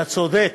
אתה צודק.